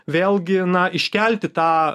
vėlgi na iškelti tą